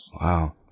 Wow